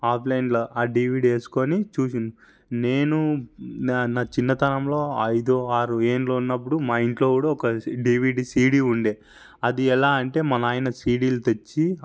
ఆఫ్లైన్లో ఆ డివిడి వేసుకుని చూసాను నేను నా నా చిన్నతనంలో ఐదో ఆరో ఎండ్లు ఉన్నప్పుడు మా ఇంట్లో కూడ ఒక డివిడి సీడీ ఉండే అది ఎలా అంటే మా నాయనా సీడీలు తెచ్చి